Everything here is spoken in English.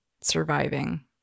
surviving